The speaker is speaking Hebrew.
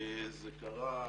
מתי זה קרה?